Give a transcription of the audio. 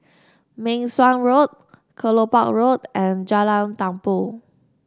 Meng Suan Road Kelopak Road and Jalan Tumpu